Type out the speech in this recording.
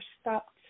stopped